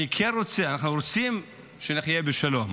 אני כן רוצה, אנחנו רוצים לחיות בשלום,